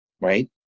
right